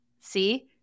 See